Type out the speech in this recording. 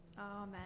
Amen